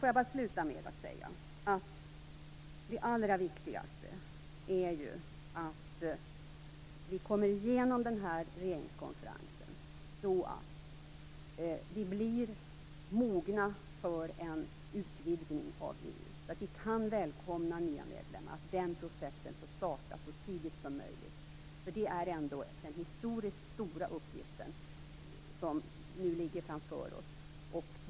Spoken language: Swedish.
Låt mig sluta med att säga att det allra viktigaste är att vi kommer igenom den här regeringskonferensen så att vi blir mogna för en utvidgning av EU och så att vi kan välkomna nya medlemmar. Det är viktigt att den processen får starta så tidigt som möjligt. Det är den historiskt stora uppgift som nu ligger framför oss.